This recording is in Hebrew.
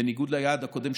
בניגוד ליעד הקודם,